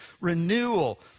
renewal